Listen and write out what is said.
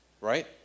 right